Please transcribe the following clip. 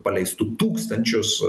paleistų tūkstančius